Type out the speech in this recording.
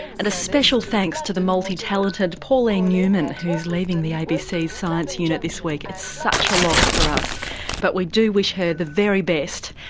and a special thanks to the multi-talented pauline newman who's leaving the abc science unit this week, it's such a loss for us but we do wish her the very best.